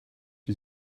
die